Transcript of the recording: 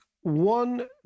One